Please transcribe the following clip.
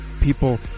people